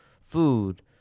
food